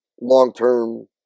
long-term